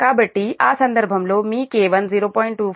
కాబట్టి ఆ సందర్భంలో మీ K1 0